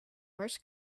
first